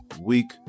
week